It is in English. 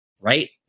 Right